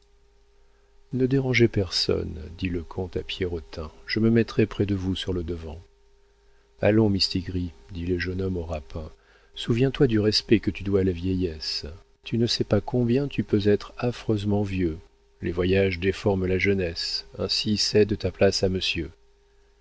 ne dérangez personne dit le comte à pierrotin je me mettrai près de vous sur le devant allons mistigris dit le jeune homme au rapin souviens-toi du respect que tu dois à la vieillesse tu ne sais pas combien tu peux être affreusement vieux les voyages déforment la jeunesse ainsi cède ta place à monsieur